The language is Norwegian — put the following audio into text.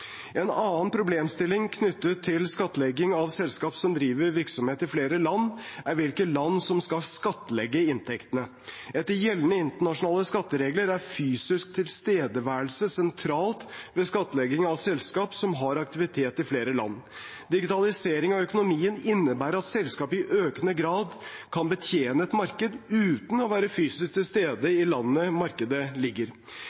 En annen problemstilling knyttet til skattlegging av selskap som driver virksomhet i flere land, er hvilke land som skal skattlegge inntektene. Etter gjeldende internasjonale skatteregler er fysisk tilstedeværelse sentralt ved skattlegging av selskap som har aktivitet i flere land. Digitalisering av økonomien innebærer at selskap i økende grad kan betjene et marked uten å være fysisk til